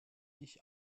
ich